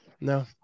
no